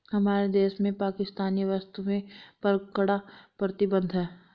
हमारे देश में पाकिस्तानी वस्तुएं पर कड़ा प्रतिबंध हैं